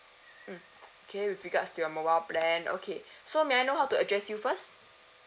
mm okay with regards to your mobile plan okay so may I know how to address you first